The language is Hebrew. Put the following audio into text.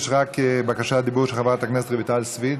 יש רק בקשת דיבור של חברת הכנסת רויטל סויד,